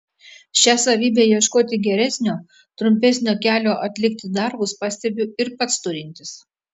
šią savybę ieškoti geresnio trumpesnio kelio atlikti darbus pastebiu ir pats turintis